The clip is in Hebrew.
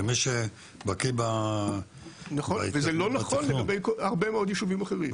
נכון, וזה לא נכון לגבי הרבה מאוד יישובים אחרים.